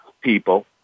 people